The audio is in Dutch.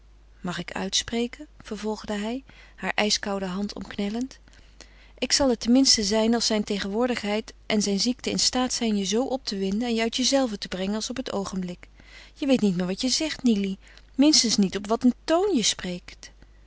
mag ik uitspreken vervolgde hij hare ijskoude hand omknellend ik zal het ten minste zijn als zijn tegenwoordigheid en zijn ziekte in staat zijn je zoo op te winden en uit jezelve te brengen als op het oogenblik je weet niet meer wat je zegt nily minstens niet op wat een toon je spreekt